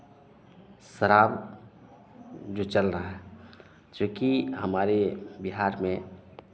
शराब जो चल रहा है चुंकि हमारे बिहार में